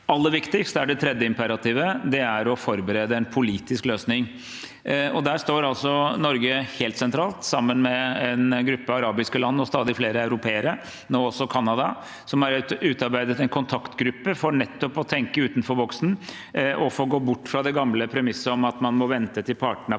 det tredje imperativet, som er å forberede en politisk løsning. Der står Norge helt sentralt, sammen med en gruppe arabiske land, stadig flere europeere og nå også Canada, som har utarbeidet en kontaktgruppe for å tenke utenfor boksen og for å gå bort fra det gamle premisset om at man må vente til partene